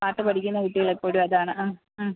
പാട്ട് പഠിക്കുന്ന കുട്ടികൾ എപ്പഴും അതാണ് ആ ആ